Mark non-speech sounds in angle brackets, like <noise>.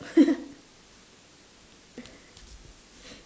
<laughs>